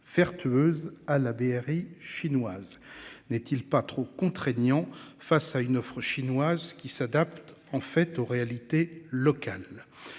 tueuse à la BRI chinoise n'est-il pas trop contraignant. Face à une offre chinoise qui s'adapte en fait aux réalités locales,